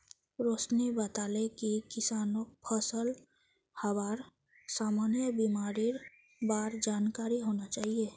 रोशिनी बताले कि किसानक फलत हबार सामान्य बीमारिर बार जानकारी होना चाहिए